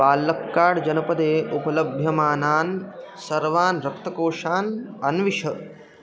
पालक्काड् जनपदे उपलभ्यमानान् सर्वान् रक्तकोषान् अन्विष